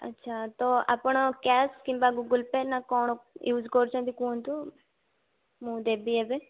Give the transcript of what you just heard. ଆଚ୍ଛା ତ ଆପଣ କ୍ୟାସ୍ କିମ୍ବା ଗୁଗୁଲପେ ନା କ'ଣ ୟୁଜ୍ କରୁଛନ୍ତି କୁହଁନ୍ତୁ ମୁଁ ଦେବି ଏବେ